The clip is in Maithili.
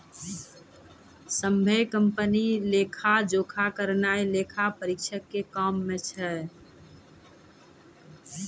सभ्भे कंपनी के लेखा जोखा करनाय लेखा परीक्षक के काम छै